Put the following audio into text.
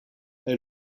est